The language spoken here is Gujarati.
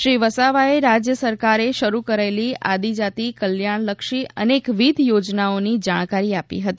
શ્રી વસાવાએ રાજ્ય સરકારે શરૂ કરેલી આદિજાતિ કલ્યાણલક્ષી અનેકવિધ યોજનાઓની જાણકારી આપી હતી